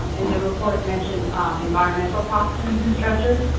um and report, mentioned environmental toxins and stressors.